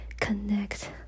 connect